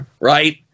Right